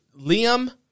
Liam